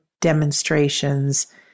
demonstrations